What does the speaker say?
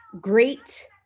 great